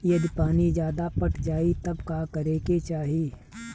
यदि पानी ज्यादा पट जायी तब का करे के चाही?